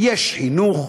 יש חינוך